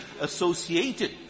associated